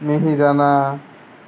মিহিদানা